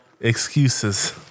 excuses